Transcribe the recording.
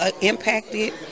impacted